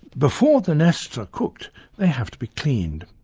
before the nests are cooked they have to be cleaned.